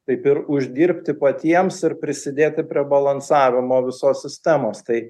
taip ir uždirbti patiems ir prisidėti prie balansavimo visos sistemos tai